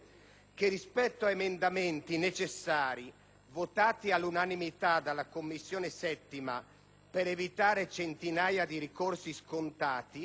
che, rispetto ad emendamenti necessari, votati all'unanimità dalla 7a Commissione per evitare centinaia di ricorsi scontati,